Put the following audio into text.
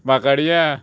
बाकाडयां